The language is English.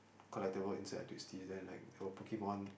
collectible inside the Twisties then like there were Pokemon